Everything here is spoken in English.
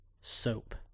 Soap